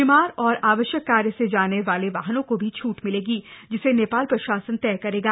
बीमार और आवश्यक कार्य स जान वाल वाहनों को भी छूट मिल ी जिस नप्राल प्रशासन तय कर